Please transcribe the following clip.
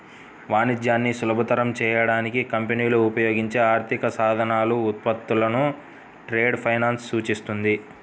వాణిజ్యాన్ని సులభతరం చేయడానికి కంపెనీలు ఉపయోగించే ఆర్థిక సాధనాలు, ఉత్పత్తులను ట్రేడ్ ఫైనాన్స్ సూచిస్తుంది